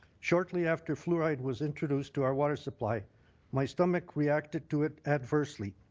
shortly after fluoride was introduced to our water supply my stomach reacted to it adversely.